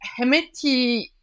Hemeti